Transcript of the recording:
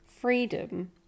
freedom